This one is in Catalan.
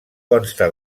consta